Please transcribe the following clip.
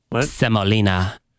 Semolina